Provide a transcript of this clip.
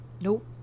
Nope